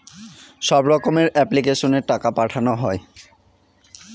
সব রকমের এপ্লিক্যাশনে টাকা পাঠানো হয়